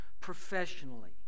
professionally